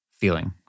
feeling